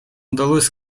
удалось